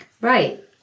Right